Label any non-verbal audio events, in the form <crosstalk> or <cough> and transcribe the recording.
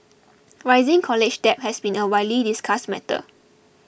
<noise> rising college debt has been a widely discussed matter